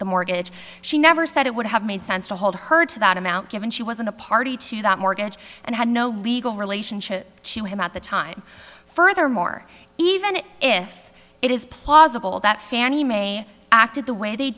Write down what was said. the mortgage she never said it would have made sense to hold her to that amount given she wasn't a party to that mortgage and had no legal relationship to him at the time furthermore even if it is plausible that fannie mae acted the way they